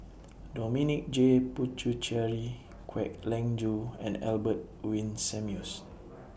Dominic J Puthucheary Kwek Leng Joo and Albert Winsemius